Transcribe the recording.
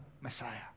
Messiah